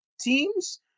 teams